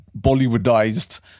Bollywoodized